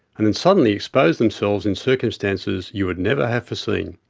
and then suddenly expose themselves in circumstances you would never have foreseen.